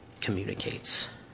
communicates